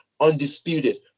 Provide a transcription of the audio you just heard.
undisputed